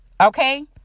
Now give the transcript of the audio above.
okay